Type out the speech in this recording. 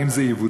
ואם זה יבוצע,